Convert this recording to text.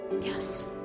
Yes